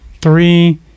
three